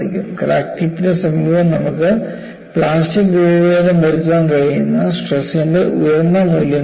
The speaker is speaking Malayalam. ക്രാക്ക് ടിപ്പിന് സമീപം നമുക്ക് പ്ലാസ്റ്റിക് രൂപഭേദം വരുത്താൻ കഴിയുന്ന സ്ട്രെസ്ൻറെ ഉയർന്ന മൂല്യങ്ങളുണ്ട്